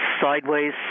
sideways